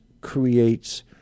creates